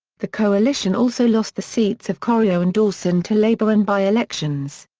the coalition also lost the seats of corio and dawson to labor in by-elections.